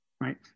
right